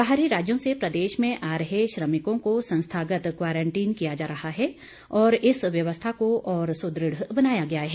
बाहरी राज्यों से प्रदेश में आ रहे श्रमिकों को संस्थागत क्वारंटीन किया जा रहा है और इस व्यवस्था को और सुदृढ़ बनाया गया है